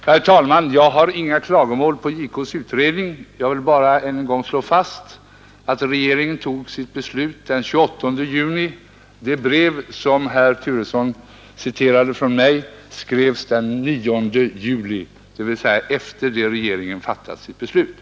Herr talman! Jag har inga klagomål på JK:s utredning; jag vill bara än en gång slå fast att regeringen tog sitt beslut den 28 juni, medan det brev från mig som herr Turesson citerade skrevs den 9 juli, dvs. efter det att regeringen hade fattat sitt beslut.